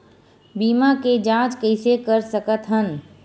बीमा के जांच कइसे कर सकत हन?